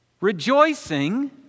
Rejoicing